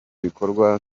bikorwa